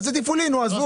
לא.